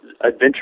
adventure